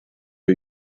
are